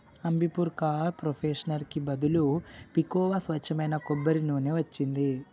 Ambipur car ప్రొఫెషనర్కి బదులు పికోవా స్వచ్ఛమైన కొబ్బరి నూనె వచ్చింది